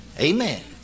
Amen